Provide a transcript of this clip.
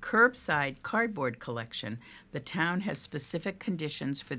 curbside cardboard collection the town has specific conditions for